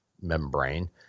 membrane